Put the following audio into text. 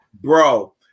Bro